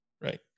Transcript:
Right